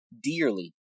dearly